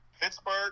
Pittsburgh